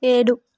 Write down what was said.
ఏడు